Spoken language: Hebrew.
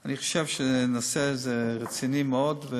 אני חושב שהנושא הזה רציני מאוד.